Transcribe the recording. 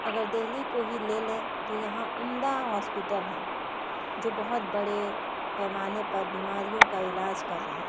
اگر دہلی کو ہی لے لیں تو یہاں عمدہ ہاسپیٹل ہیں جو بہت بڑے پیمانے پر بیماریوں کا علاج کر رہے ہیں